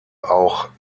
auch